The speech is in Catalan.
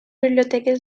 biblioteques